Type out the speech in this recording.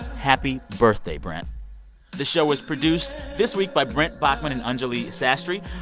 happy birthday, brent the show was produced this week by brent baughman and anjuli sastry.